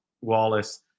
Wallace